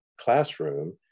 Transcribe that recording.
classroom